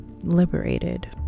liberated